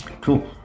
Cool